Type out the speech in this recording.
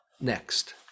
Next